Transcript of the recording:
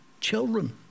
children